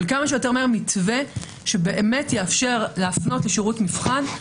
אבל כמה שיותר מהר לקדם מתווה שבאמת יאפשר להפנות לשירות מבחן,